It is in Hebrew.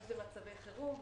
אם אלו מצבי חירום,